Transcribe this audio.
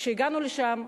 כשהגענו לשם,